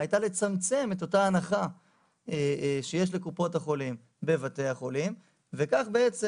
הייתה לצמצם את אותה הנחה שיש לקופות החולים בבתי החולים וכך בעצם